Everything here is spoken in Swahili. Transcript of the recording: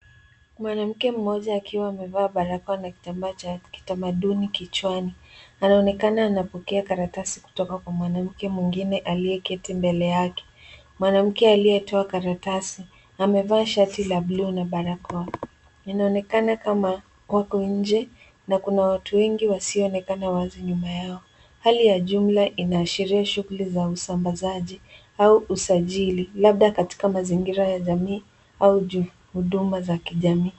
Mwanamke mmoja akiwa amevaa barakoa na kitambaa cha kitamaduni kichwani, anaonekana anapokea karatasi kutoka kwa mwanamke mwingine aliyeketi mbele yake. Mwanamke aliyetoa karatasi amevaa shati la buluu na barakoa. Inaonekana kama wako nje na kuna watu wengi wasionekana wazi nyuma yao. Hali ya jumla inaashiria shughuli za usambasaji au usajili labda katika mazingira ya jamii au huduma za kijamii.